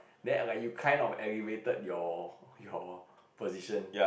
then like you kind of elevated your your position